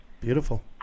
beautiful